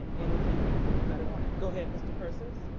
and anything anybody wanted? go ahead, mr. persis.